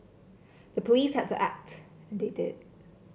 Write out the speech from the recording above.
the police had to act and they did